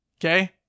Okay